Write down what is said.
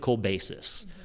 basis